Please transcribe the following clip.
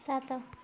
ସାତ